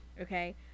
Okay